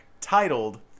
titled